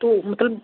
तो मतलब